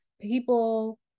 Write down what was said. people